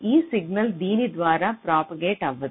ఈ సిగ్నల్ దీని ద్వారా ప్రాపగేట్ అవ్వదు